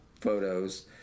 photos